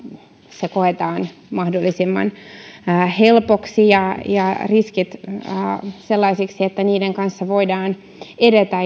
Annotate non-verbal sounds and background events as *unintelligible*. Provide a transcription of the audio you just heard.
se koetaan mahdollisimman helpoksi ja ja riskit sellaisiksi että niiden kanssa voidaan edetä *unintelligible*